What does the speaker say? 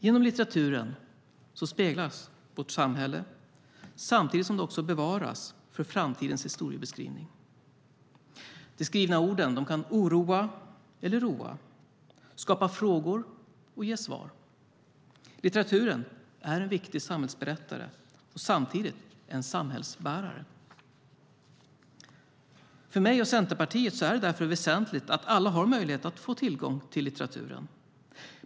Genom litteraturen speglas vårt samhälle samtidigt som det också bevaras för framtidens historiebeskrivning. De skrivna orden kan oroa eller roa, skapa frågor och ge svar. Litteraturen är en viktig samhällsberättare och samtidigt en samhällsbärare. För mig och Centerpartiet är det därför väsentligt att alla har möjlighet att få tillgång till litteraturen.